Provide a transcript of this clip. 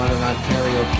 Ontario